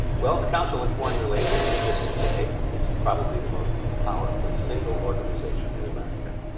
well, the council on foreign relations exists today. it's probably the most powerful single organization in america.